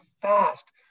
fast